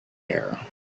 air